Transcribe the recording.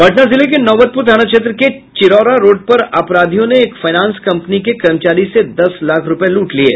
पटना जिले के नौबतपुर थाना क्षेत्र के चिरौरा रोड पर अपराधियों ने एक फायनांस कंपनी के कर्मचारी से दस लाख रुपये लूट लिये